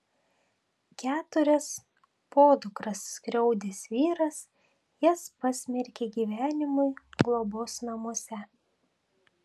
keturias podukras skriaudęs vyras jas pasmerkė gyvenimui globos namuose